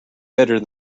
better